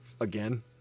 again